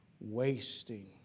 wasting